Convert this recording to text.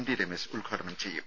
T Ramesh ഉദ്ഘാടനം ചെയ്യും